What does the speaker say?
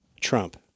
Trump